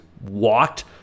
walked